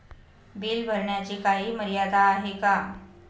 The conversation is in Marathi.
बिल भरण्याची काही मर्यादा आहे का?